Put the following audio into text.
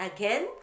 Again